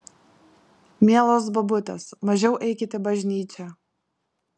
mielos bobutės mažiau eikit į bažnyčią